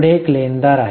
पुढे एक लेनदार आहेत